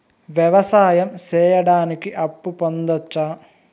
వ్యవసాయం సేయడానికి అప్పు పొందొచ్చా?